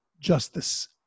justice